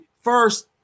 first